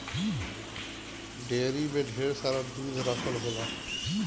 dairy में ढेर सारा दूध रखल होला